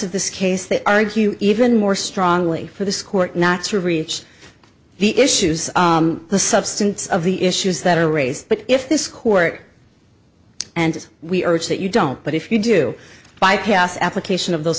of this case that argue even more strongly for this court not to reach the issues the substance of the issues that are raised but if this court and we urge that you don't but if you do bypass application of those